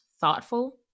thoughtful